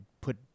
put